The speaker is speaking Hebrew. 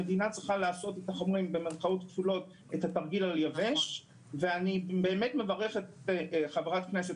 המדינה צריכה לעשות "תרגיל על יבש" ואני באמת מברך את חברת הכנסת